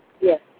Yes